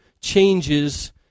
changes